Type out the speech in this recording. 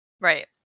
Right